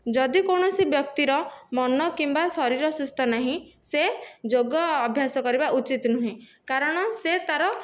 ଯଦି କୌଣସି ବ୍ୟକ୍ତିର ମନ କିମ୍ବା ଶରୀର ସୁସ୍ଥ ନାହିଁ ସେ ଯୋଗ ଅଭ୍ୟାସ କରିବା ଉଚିତ୍ ନୁହେଁ କାରଣ ସେ ତା'ର